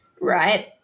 right